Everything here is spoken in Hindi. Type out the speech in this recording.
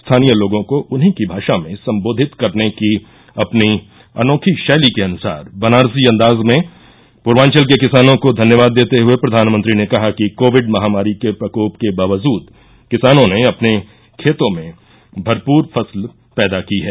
स्थानीय लोगों को उन्हीं की भाषा में संबोधित करने की अपनी अनोखी शैली के अनुसार बनारसी अंदाज में पूर्वांचल के किसानों को धन्यवाद देते हुए प्रधानमंत्री ने कहा कि कोविड महामारी के प्रकोप के बावजूद किसानों ने अपने खेतों में भरपूर फसल पैदा की है